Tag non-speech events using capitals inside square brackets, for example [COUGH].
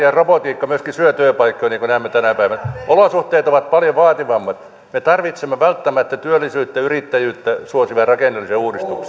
[UNINTELLIGIBLE] ja robotiikka myöskin syövät työpaikkoja niin kuin näemme tänä päivänä olosuhteet ovat paljon vaativammat me tarvitsemme välttämättä työllisyyttä ja yrittäjyyttä suosivia rakenteellisia uudistuksia